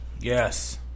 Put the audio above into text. Yes